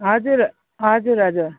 हजुर हजुर हजुर